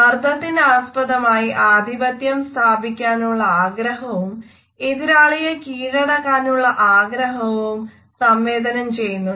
മർദ്ദത്തിന് ആസ്പദമായി ആധിപത്യം സ്ഥാപിക്കാനുള്ള ആഗ്രഹവും എതിരാളിയെ കീഴടക്കാനുള്ള ആഗ്രഹവും സംവേദനം ചെയ്യുന്നുണ്ട്